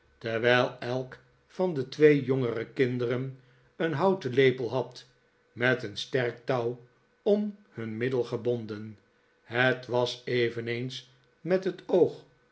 terwijl elk van de twee jongere kinderen een houten lepel had met een sterk touw om hun middel gebonden het was eveneens met het oog